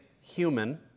human